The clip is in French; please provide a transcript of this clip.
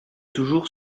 toujours